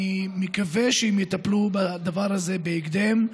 אני מקווה שהם יטפלו בדבר הזה בהקדם,